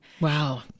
Wow